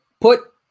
Put